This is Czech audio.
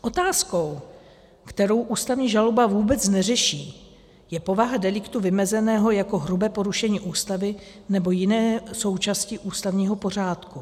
Otázkou, kterou ústavní žaloba vůbec neřeší, je povaha deliktu vymezeného jako hrubé porušení Ústavy nebo jiné součásti ústavního pořádku.